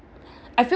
I feel